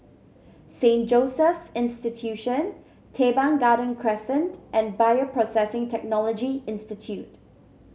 Saint Joseph's Institution Teban Garden Crescent and Bioprocessing Technology Institute